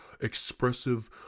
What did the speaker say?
expressive